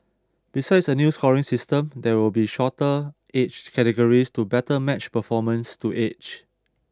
besides a new scoring system there will be shorter age categories to better match performance to age